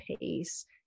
pace